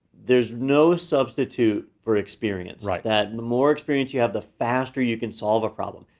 there's no substitute for experience, that the more experience you have, the faster you can solve a problem.